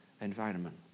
environment